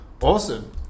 awesome